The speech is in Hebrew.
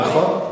נכון.